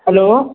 hello